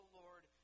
lord